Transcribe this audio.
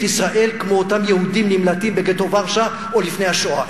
ישראל כמו אותם יהודים נמלטים בגטו ורשה או לפני השואה,